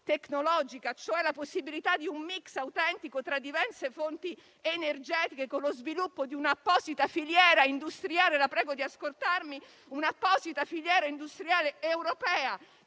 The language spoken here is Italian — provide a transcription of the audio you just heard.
tecnologica, cioè la possibilità di un *mix* autentico tra diverse fonti energetiche con lo sviluppo di un'apposita filiera industriale europea